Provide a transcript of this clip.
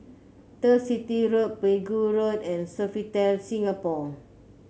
Turf City Road Pegu Road and Sofitel Singapore